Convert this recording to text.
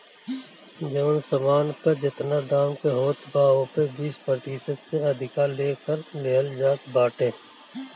जवन सामान पअ जेतना दाम के होत बा ओपे बीस प्रतिशत से अधिका ले कर लेहल जात बाटे